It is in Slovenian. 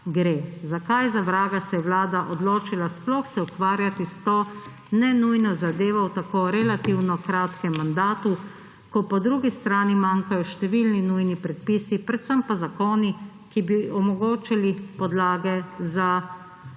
Zakaj za vraga se je Vlada odločiti sploh se ukvarjati s to nenujno zadevo v tako relativno kratkem mandatu, ko po drugi strani manjkajo številni nujni predpisi, predvsem pa zakoni, ki bi omogočali podlage za